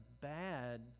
bad